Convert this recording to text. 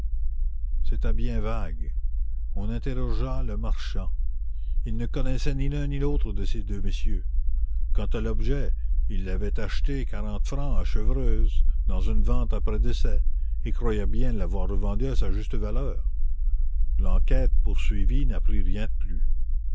on interrogea le marchand il ne connaissait ni l'un ni l'autre de ces deux messieurs quand à l'objet il l'avait acheté quarante francs à chevreuse dans une vente après décès et croyait bien l'avoir revendu à sa juste valeur l'enquête poursuivie n'apprit rien de plus